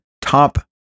top